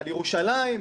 על ירושלים,